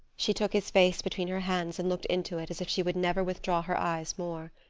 she took his face between her hands and looked into it as if she would never withdraw her eyes more.